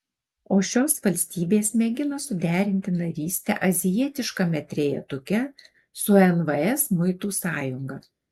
o šios valstybės mėgina suderinti narystę azijietiškame trejetuke su nvs muitų sąjunga